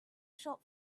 shop